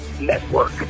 Network